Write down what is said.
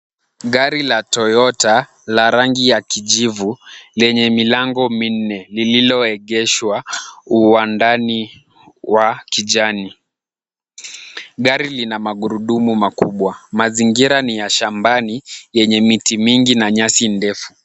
Gari la toyota la rangi ya kijivu lenye milango minne lililoegeshwa uwandani wa kijani . Gari lina magurudumu makubwa, mazingira ni ya shambani yenye miti mingi na nyasi ndefu.